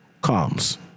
comes